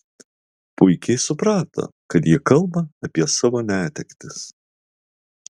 puikiai suprato kad ji kalba apie savo netektis